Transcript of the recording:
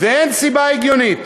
אין סיבה הגיונית.